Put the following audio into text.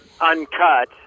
Uncut